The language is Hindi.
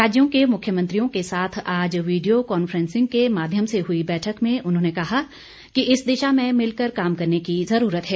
राज्यों के मुख्यमंत्रियों के साथ आज वीडियो कॉन्फ्रेंसिंग के माध्यम से हई बैठक में उन्होंने कहा कि इस दिशा में मिल कर काम करने की ज़रूरत है